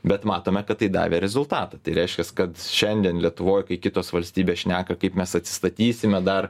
bet matome kad tai davė rezultatą tai reiškias kad šiandien lietuvoj kai kitos valstybės šneka kaip mes atsistatysime dar